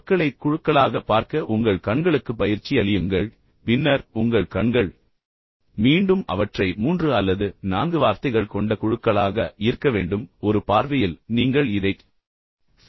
சொற்களை குழுக்களாக பார்க்க உங்கள் கண்களுக்கு பயிற்சி அளியுங்கள் பின்னர் உங்கள் கண்கள் மீண்டும் அவற்றை 3 அல்லது 4 வார்த்தைகள் கொண்ட குழுக்களாக ஈர்க்க வேண்டும் ஒரு பார்வையில் நீங்கள் இதைச் செய்யலாம்